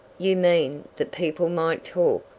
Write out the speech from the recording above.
you mean that people might talk?